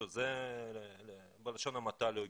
שזה בלשון המעטה לא הגיוני.